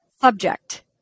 subject